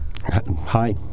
Hi